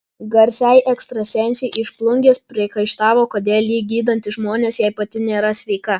garsiai ekstrasensei iš plungės priekaištavo kodėl ji gydanti žmonės jei pati nėra sveika